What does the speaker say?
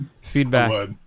Feedback